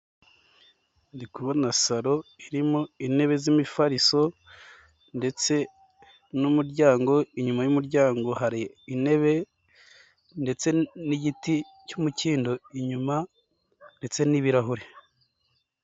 Ndi kubona saro irimo intebe z'imifariso ndetse n'umuryango inyuma y'umuryango hari intebe ndetse n'igiti cy'umukindo inyuma ndetse n'ibirahure.